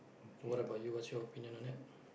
what about you what's your opinion on that